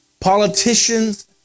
Politicians